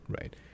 right